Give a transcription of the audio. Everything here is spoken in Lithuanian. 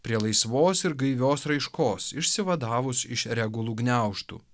prie laisvos ir gaivios raiškos išsivadavus iš regulų gniaužtų